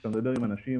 כשאתה מדבר עם אנשים,